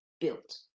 built